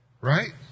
right